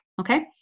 Okay